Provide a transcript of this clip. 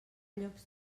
llocs